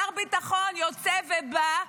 שר ביטחון יוצא ובא,